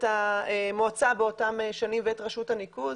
המועצה באותן שנים ואת רשות הניקוז,